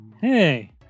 Hey